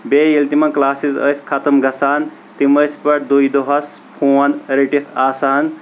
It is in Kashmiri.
بییٚہِ ییٚلہِ تِمن کلاسِز ٲسۍ ختم گژھان تِم ٲسۍ پتہٕ دوٚے دۄہس فون رٔٹتھ آسان